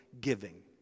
giving